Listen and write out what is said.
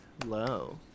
hello